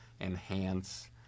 enhance